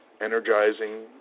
energizing